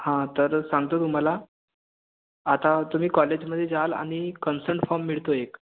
हां तर सांगतो तुम्हाला आता तुमी कॉलेजमध्ये जाल आणि कन्सर्न फॉर्म मिळतो एक